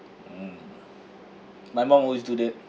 mm my mum always do that